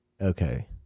Okay